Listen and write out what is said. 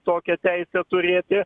tokią teisę turėti